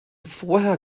vorher